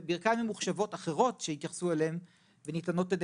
וברכיים ממוחשבות אחרות שהתייחסו אליהן וניתנות על-ידי